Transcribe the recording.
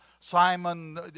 Simon